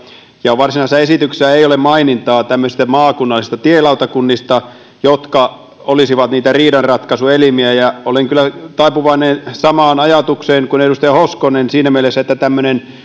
varsinaisessa esityksessä ei ole mainintaa tämmöisistä maakunnallisista tielautakunnista jotka olisivat niitä riidanratkaisuelimiä olen kyllä taipuvainen samaan ajatukseen kuin edustaja hoskonen siinä mielessä että